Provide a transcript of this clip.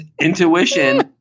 intuition